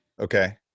Okay